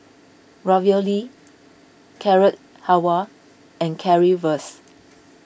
Ravioli Carrot Halwa and Currywurst